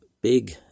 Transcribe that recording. big